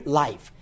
life